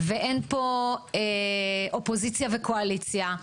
ואין פה אופוזיציה וקואליציה,